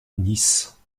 nice